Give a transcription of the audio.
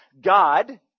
God